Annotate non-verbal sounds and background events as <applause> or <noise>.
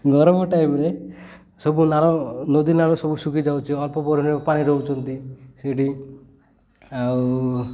ଗରମ ଟାଇମ୍ରେ ସବୁ ନାଳ ନଦୀ ନାଳ ସବୁ ଶୁଖିଯାଉଛି ଅଳ୍ପ <unintelligible> ପାଣି ରହୁଛନ୍ତି ସେଇଠି ଆଉ